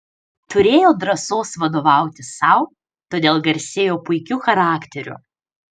turėjo drąsos vadovauti sau todėl garsėjo puikiu charakteriu